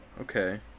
Okay